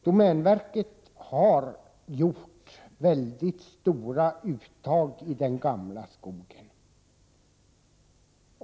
Domänverket har gjort väldiga uttag i den gamla skogen.